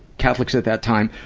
catholics, at that time,